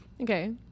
Okay